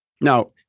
Now